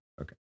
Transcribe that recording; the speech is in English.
Okay